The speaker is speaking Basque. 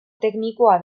teknikoa